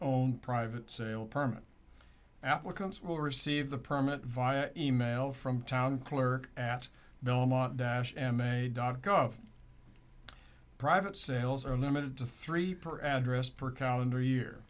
own private sale permit applicants will receive the permit via email from town clerk at belmont dash and a dot gov private sales unlimited to three per address per calendar year